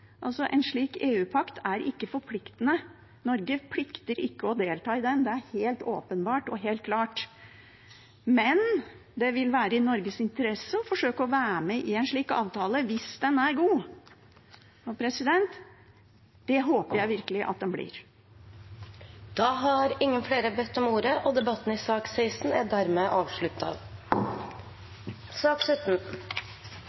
En slik EU-pakt er ikke forpliktende. Norge plikter ikke å delta i den. Det er helt åpenbart og helt klart. Men det vil være i Norges interesse å forsøke å være med i en slik avtale hvis den er god. Det håper jeg virkelig at den blir. Flere har ikke bedt om ordet til sak nr. 16. Etter ønske fra kommunal- og forvaltningskomiteen vil presidenten ordne debatten